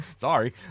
Sorry